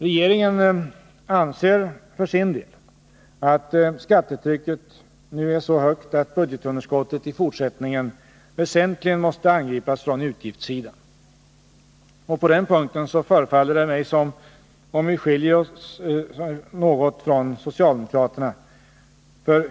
Regeringen anser för sin del att skattetrycket nu är så högt att budgetunderskottet i fortsättningen väsentligen måste angripas på utgiftssidan. På den punkten förefaller det mig som om vi skiljer oss något från socialdemokraterna.